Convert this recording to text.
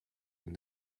and